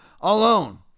alone